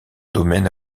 domaine